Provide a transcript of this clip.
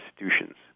institutions